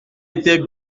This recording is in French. était